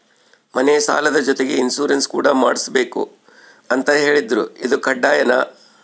ಮನೆ ಸಾಲದ ಜೊತೆಗೆ ಇನ್ಸುರೆನ್ಸ್ ಕೂಡ ಮಾಡ್ಸಲೇಬೇಕು ಅಂತ ಹೇಳಿದ್ರು ಇದು ಕಡ್ಡಾಯನಾ?